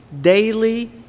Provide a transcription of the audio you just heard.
daily